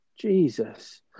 Jesus